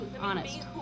honest